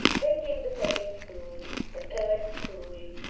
then came the second school, the third school,